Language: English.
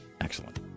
Excellent